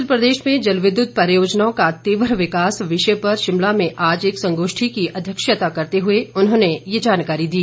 हिमाचल प्रदेश में जल विद्युत परियोजनाओं का तीव्र विकास विषय पर शिमला में आज एक संगोष्ठी की अध्यक्षता करते हुए उन्होंने ये जानकारी दी